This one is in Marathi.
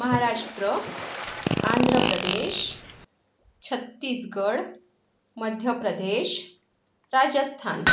महाराष्ट्र आंध्र प्रदेश छत्तीसगड मध्य प्रदेश राजस्थान